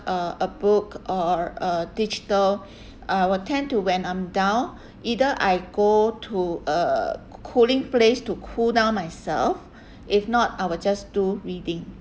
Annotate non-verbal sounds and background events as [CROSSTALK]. uh a book or a digital [BREATH] I will tend to when I'm down either I go to a cooling place to cool down myself if not I will just do reading